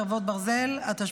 חרבות ברזל) (תיקון),